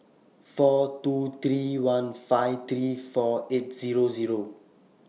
four two three one five three four eight Zero Zero